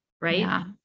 Right